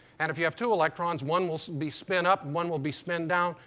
and if you have two electrons, one will be spin up, one will be spin down.